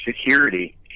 security